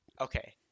okay